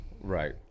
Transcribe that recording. Right